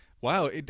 wow